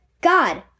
God